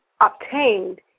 obtained